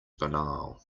banal